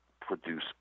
produce